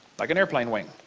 like an airplane wing.